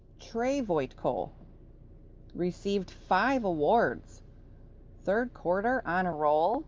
trae voytko received five awards third quarter honor roll,